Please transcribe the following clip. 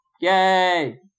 Yay